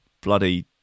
bloody